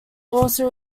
also